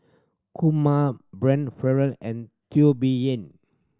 Kumar Brian Farrell and Teo Bee Yen